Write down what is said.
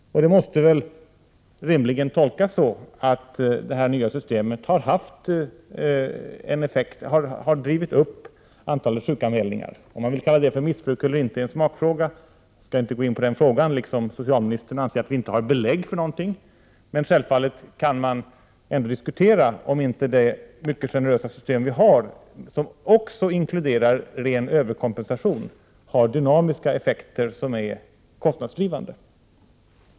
Det måste väl rimligen tolkas som att det nya systemet har drivit upp antalet sjukanmälningar. Om man vill kalla det för missbruk eller inte är en smakfråga. Jag skall inte gå in på den frågan, inte heller på det förhållandet att socialministern anser att vi inte har belägg för någonting. Självfallet kan man ändå diskutera om inte det mycket generösa system vi har, som också inkluderar ren överkompensation, har dynamiska effekter som är kostnadsdrivande.